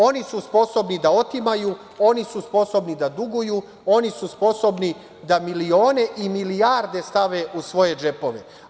Oni su sposobni da otimaju, oni su sposobni da duguju, oni su sposobni da milione i milijarde stave u svoje džepove.